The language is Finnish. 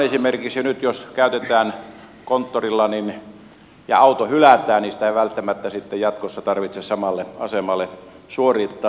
esimerkiksi nyt jos käytetään konttorilla ja auto hylätään niin sitä ei välttämättä sitten jatkossa tarvitse samalle asemalle suorittaa